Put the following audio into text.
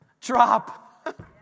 drop